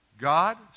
God